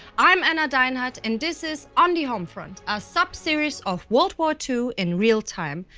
i'm anna deinhard and this is on the homefront, a sub-series of world war two in real time.